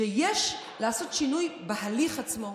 שיש לעשות שינוי בהליך עצמו.